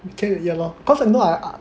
okay ya lor cause I know I